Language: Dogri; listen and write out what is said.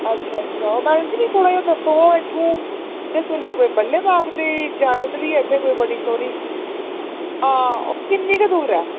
अच्छा अच्छा अच्छा ओह् मैडम जी मिगी दस्सो हां इत्थै कोई बल्ले दे बागै दी जेहारत बी ऐ बड़ी सोनी